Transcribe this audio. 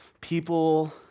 people